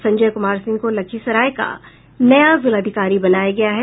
संजय कुमार सिंह को लखीसराय का नया जिलाधिकारी बनाया गया है